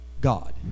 God